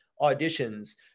auditions